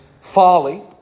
folly